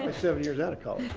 and seven years out